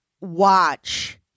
watch